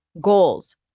Goals